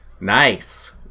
Nice